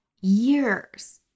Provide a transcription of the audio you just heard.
years